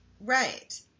right